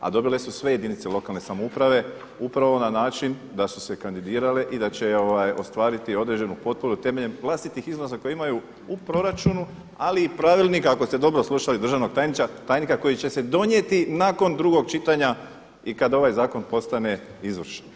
A dobile su sve jedinice lokalne samouprave upravo na način da su se kandidirale i da će ostvariti određenu potporu temeljem vlastitih izvora koji imaju u proračunu ali i pravilnika ako ste dobro slušali državnog tajnika koji će se donijeti nakon drugog čitanja i kada ovaj zakon postane izvršan.